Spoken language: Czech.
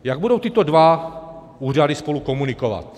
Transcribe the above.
Jak budou tyto dva úřady spolu komunikovat?